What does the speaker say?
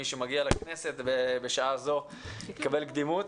מי שמגיע לכנסת בשעה זו, מקבל קדימות.